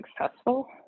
successful